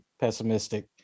pessimistic